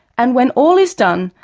and when all is done,